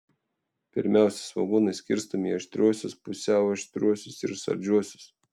pirmiausia svogūnai skirstomi į aštriuosius pusiau aštriuosius ir saldžiuosius